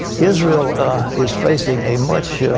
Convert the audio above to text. israel is facing a much yeah